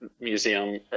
museum